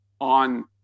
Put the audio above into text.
on